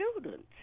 students